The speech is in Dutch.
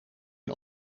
een